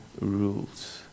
rules